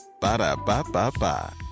Ba-da-ba-ba-ba